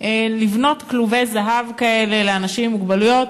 לבנות כלובי זהב כאלה לאנשים עם מוגבלויות,